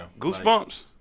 Goosebumps